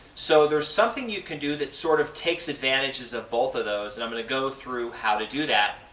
so there is something you can do that sort of takes advantages of both of those and i m going to go through how to do that.